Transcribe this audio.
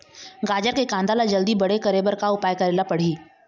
गाजर के कांदा ला जल्दी बड़े करे बर का उपाय करेला पढ़िही?